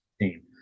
team